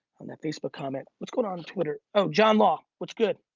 on that facebook comment. what's going on twitter. oh, jon law what's good?